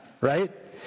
right